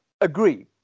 agree